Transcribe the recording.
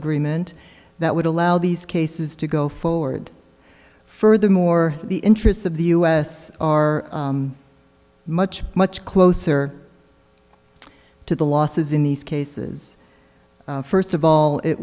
agreement that would allow these cases to go forward furthermore the interests of the u s are much much closer to the losses in these cases first of all it